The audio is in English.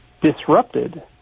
disrupted